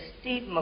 Steve